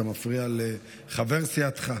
אתה מפריע לחבר סיעתך.